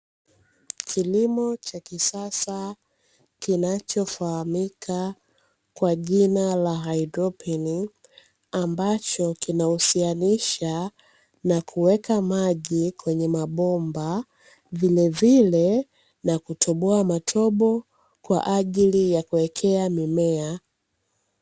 Kilimo cha kisasa kinachofahamika kwa jina la haidroponi, ambacho kinahusianisha na kuweka maji kwenye mabomba. Vilevile na kutoboa matobo kwa ajili ya kuwekea mimea.